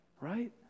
right